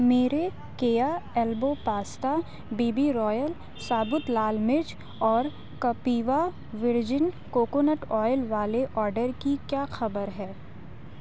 میرے کییا elbow pasta بی بی رائل ثابت لال مرچ اور کپیوا ورجن کوکونٹ آئل والے آرڈر کی کیا خبر ہے